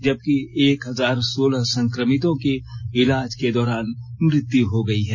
जबकि एक हजार सोलह संक्रमितों की इलाज के दौरान मृत्यु हो गई है